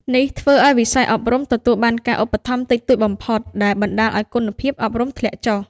នេះធ្វើឱ្យវិស័យអប់រំទទួលបានការឧបត្ថម្ភតិចតួចបំផុត ដែលបណ្តាលឱ្យគុណភាពអប់រំធ្លាក់ចុះ។